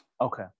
Okay